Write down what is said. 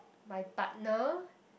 my partner